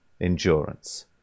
endurance